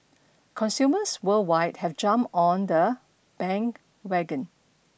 consumers worldwide have jumped on the bandwagon